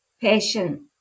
patient